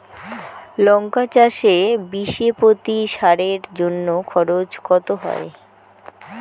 লঙ্কা চাষে বিষে প্রতি সারের জন্য খরচ কত হয়?